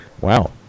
Wow